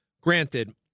Granted